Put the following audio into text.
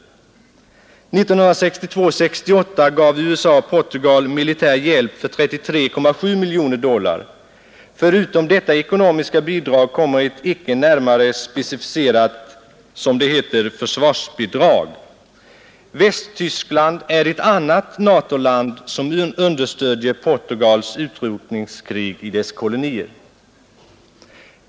1962—1968 gav USA Portugal militär hjälp för 33,7 miljoner dollar; till detta ekonomiska bidrag kommer ett icke närmare specificerat ”försvarsbidrag”. Västtyskland är ett annat NATO-land som understöder Portugals utrotningskrig i dess kolonier.